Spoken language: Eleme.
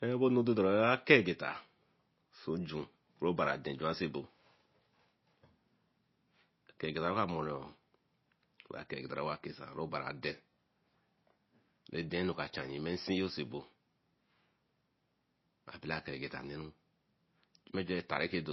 Soru bonu doru ba ke geta so jun obari a den juen so bo kegetta wey owa mero kegetta owa mai e den nu ca cha yime nsiyo so bo a bella kere geta neru juan eta rah de